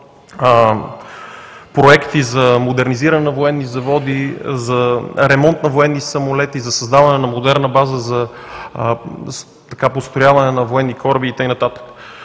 проекти за модернизиране на военни заводи, за ремонт на военни самолети, за създаване на модерна база за построяване на военни кораби и тъй